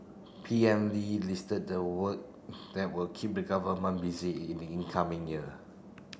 P M Lee listed the work that will keep the government busy in in coming year